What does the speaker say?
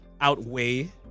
outweigh